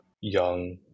young